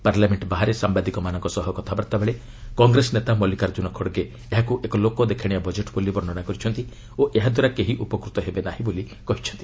parliament ବାହାରେ ସାମ୍ଭାଦିକମାନଙ୍କ ସହ କଥାବାର୍ତ୍ତାବେଳେ କଂଗ୍ରେସ ନେତା ମଲ୍ଲିକାର୍ଚ୍ଚୁନ ଖଡ୍ଗେ ଏହାକୁ ଏକ ଲୋକଦେଖାଣିଆ ବଜେଟ୍ ବୋଲି ବର୍ଷ୍ଣନା କରିଛନ୍ତି ଓ ଏହାଦ୍ୱାରା କେହି ଉପକୃତ ହେବେ ନାହିଁ ବୋଲି କହିଛନ୍ତି